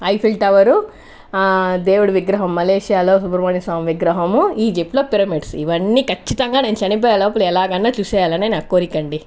Eiffel tower దేవుడి విగ్రహం మలేషియాలో సుబ్రమణ్యస్వామి విగ్రహము ఈజిప్ట్లో పిరమిడ్స్ ఇవన్నీ ఖచ్చితంగా నేను చనిపోయే లోపల ఎలాగైనా చూసేయాలని నా కోరిక అండి